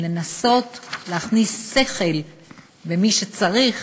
ולנסות להכניס שכל למי שצריך,